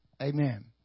Amen